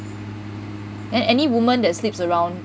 and any woman that sleeps around